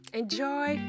enjoy